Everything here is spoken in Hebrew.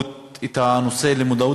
סעדי.